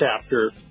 chapter